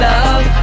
Love